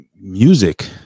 music